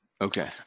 Okay